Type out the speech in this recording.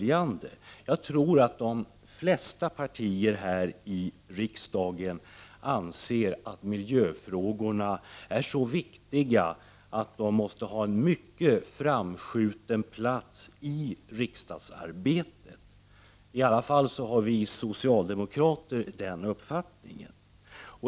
Jag tror att de flesta partierna här i riksdagen anser att miljöfrågorna är så viktiga ati de måste ha en mycket framskjuten plats i riksdagsarbetet. Vi socialdemokrater har i alla fall den uppfattningen.